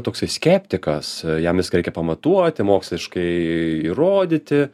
toksai skeptikas jam viską reikia pamatuoti moksliškai įrodyti